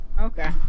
Okay